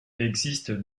existe